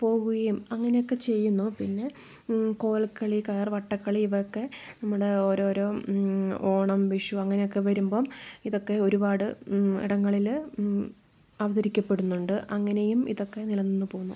പോവുകയും അങ്ങനെയൊക്കെ ചെയ്യുന്നു പിന്നെ കോൽക്കളി കയർ വട്ടക്കളി ഇവയൊക്കെ നമ്മുടെ ഓരോരോ ഓണം വിഷു അങ്ങനെയൊക്കെ വരുമ്പോൾ ഇതൊക്കെ ഒരുപാട് ഇടങ്ങളിൽ അവതരിക്കപ്പെടുന്നുണ്ട് അങ്ങനെയും ഇതൊക്കെ നിലനിന്ന് പോവുന്നു